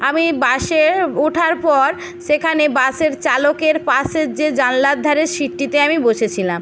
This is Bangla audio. আমি বাসে ওঠার পর সেখানে বাসের চালকের পাশে যে জানালার ধারের সিটটিতে আমি বসেছিলাম